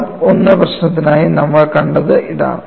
mode I പ്രശ്നത്തിനായി നമ്മൾ കണ്ടത് ഇതാണ്